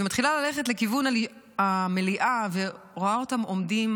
מתחילה ללכת לכיוון המליאה ורואה אותם עומדים,